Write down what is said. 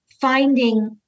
finding